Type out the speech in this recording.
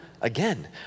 again